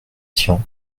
tian